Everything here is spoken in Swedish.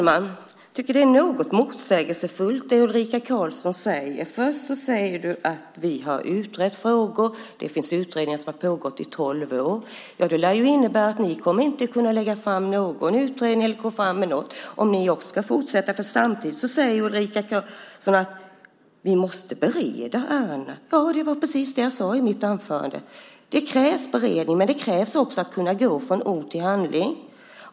Fru talman! Jag tycker att det Ulrika Karlsson säger är motsägelsefullt. Först säger hon att vi har utrett frågor, det finns utredningar som har pågått i tolv år. Det lär innebära att ni inte kommer att kunna lägga fram något om ni också ska fortsätta med det. Samtidigt säger ju Ulrika Karlsson: Vi måste bereda ärendena. Ja, det var precis det jag sade i mitt anförande. Det krävs beredning, men det krävs också att man går från ord till handling.